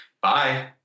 bye